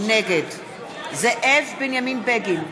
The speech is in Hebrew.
נגד זאב בנימין בגין,